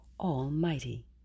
Almighty